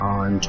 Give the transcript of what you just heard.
on